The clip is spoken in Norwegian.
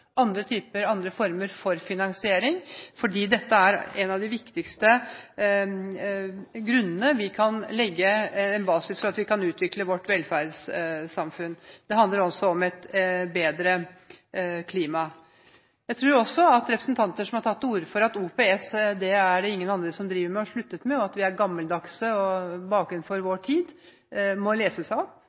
andre former for finansiering, for dette er en basis for at vi kan utvikle vårt velferdssamfunn. Det handler også om et bedre klima. Jeg tror også at representanter som har tatt til orde for at ingen andre driver med OPS, at det har man sluttet med, og at vi er gammeldagse og bakenfor vår tid, må